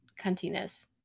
cuntiness